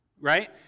right